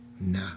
Nah